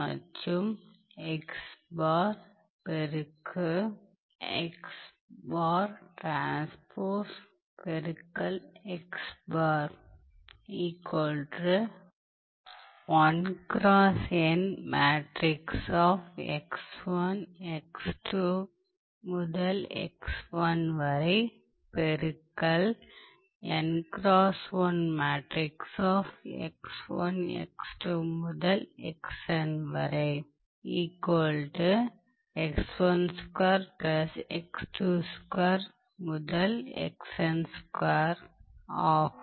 மற்றும் பெருக்கு ஆகும்